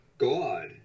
God